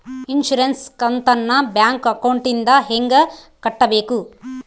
Insurance ಕಂತನ್ನ bank ಅಕೌಂಟಿಂದ ಹೆಂಗ ಕಟ್ಟಬೇಕು?